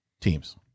Teams